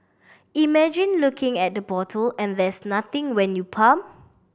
imagine looking at the bottle and there's nothing when you pump